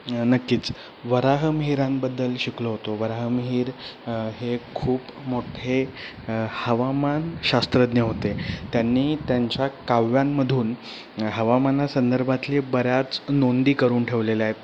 नक्कीच वराहमिहीरांबद्दल शिकलो होतो वराहमिहीर हे खूप मोठे हवामानशास्त्रज्ञ होते त्यांनी त्यांच्या काव्यांमधून हवामानासंदर्भातली बऱ्याच नोंदी करून ठेवलेल्या आहेत